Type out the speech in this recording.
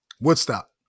Woodstock